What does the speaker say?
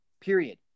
period